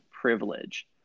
privilege